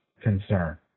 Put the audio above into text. concern